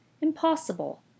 Impossible